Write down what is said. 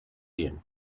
ian